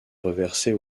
reversée